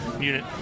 unit